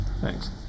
thanks